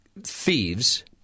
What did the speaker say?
thieves